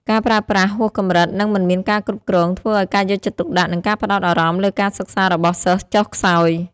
ការប្រើប្រាស់ហួសកម្រិត និងមិនមានការគ្រប់គ្រង ធ្វើឱ្យការយកចិត្តទុកដាក់ និងការផ្តោតអារម្មណ៍លើការសិក្សារបស់សិស្សចុះខ្សោយ។